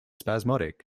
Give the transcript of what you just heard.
spasmodic